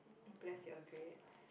bless your grades